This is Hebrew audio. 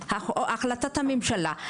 החלטת הממשלה.